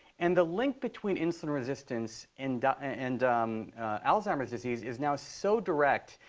and the link between insulin resistance and and alzheimer's disease is now so direct.